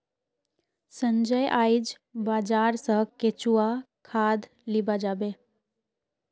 संजय आइज बाजार स केंचुआ खाद लीबा जाबे